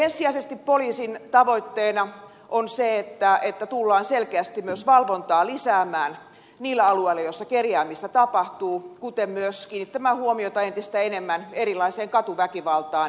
ensisijaisesti poliisin tavoitteena on se että tullaan selkeästi myös valvontaa lisäämään niillä alueilla joilla kerjäämistä tapahtuu kuten myös kiinnittämään huomiota entistä enemmän katuväkivaltaan